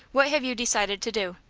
what have you decided to do?